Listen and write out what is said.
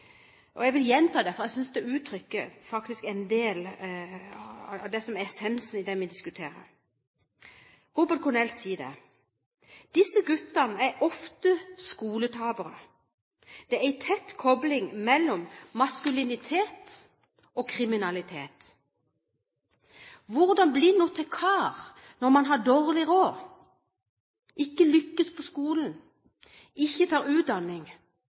Jeg vil gjenta det, for jeg synes faktisk det uttrykker en del av essensen i det vi diskuterer. Robert Cornell sier at disse guttene ofte er skoletapere. Det er en tett kopling mellom maskulinitet og kriminalitet. Hvordan bli noe til kar når man har dårlig råd, ikke lykkes på skolen, ikke tar utdanning,